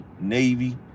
Navy